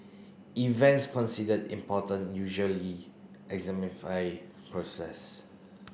events considered important usually exemplify process